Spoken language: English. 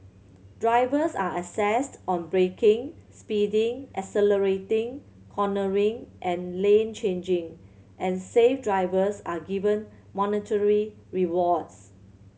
drivers are assessed on braking speeding accelerating cornering and lane changing and safe drivers are given monetary rewards